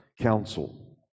council